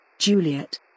Juliet